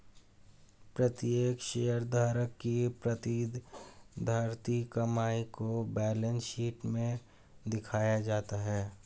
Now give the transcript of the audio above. प्रत्येक शेयरधारक की प्रतिधारित कमाई को बैलेंस शीट में दिखाया जाता है